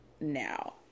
now